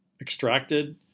extracted